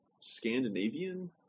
Scandinavian